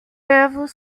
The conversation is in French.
peuvent